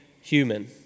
human